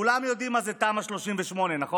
כולם יודעים מה זה תמ"א 38, נכון?